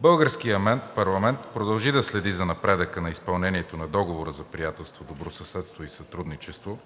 Българският парламент продължи да следи за напредъка на изпълнението на Договора за приятелство, добросъседство и сътрудничество